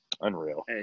Unreal